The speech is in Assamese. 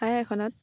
ঠাই এখনত